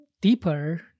deeper